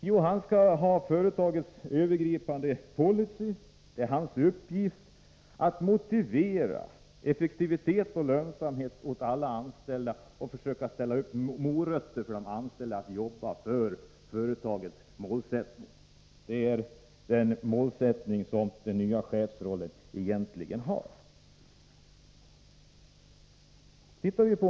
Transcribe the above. Jo, chefen skall ha hand om företagets övergripande policy, och det är hans uppgift att motivera effektivitet och lönsamhet för alla anställda och försöka sätta upp morötter för de anställda att jobba för företagets mål. Det är den målsättningen den nya chefsrollen egentligen har.